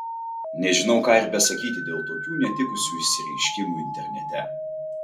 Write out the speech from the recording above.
nežinau ką ir besakyti dėl tokių netikusių išsireiškimų internete